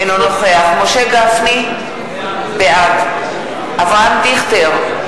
אינו נוכח משה גפני, בעד אברהם דיכטר,